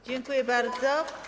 Dziękuję bardzo.